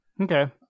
Okay